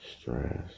stress